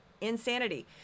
Insanity